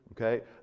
okay